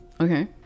Okay